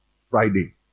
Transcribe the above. Friday